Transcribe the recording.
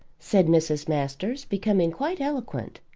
said mrs. masters, becoming quite eloquent.